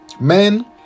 Men